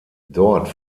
dort